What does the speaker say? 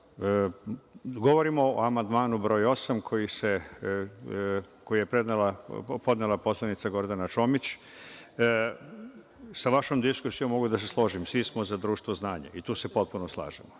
lepo. Govorim o amandmanu br. 8, koji je podnela poslanica Gordana Čomić. Sa vašom diskusijom mogu da se složim, svi smo za društvo znanja, tu se potpuno slažemo.